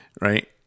Right